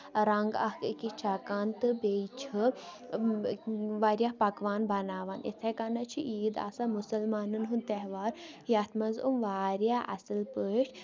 رنگ اکھ أکِس چھکان تہٕ بیٚیہِ چھِ واریاہ پَکوان بَناوان یِتھٕے کَنیٚتھ چھِ عیٖد آسان مُسلمانن ہُند تہوار یِتھ منٛز یِمۍ واریاہ اَصٕل پٲٹھۍ